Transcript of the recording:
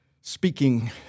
speaking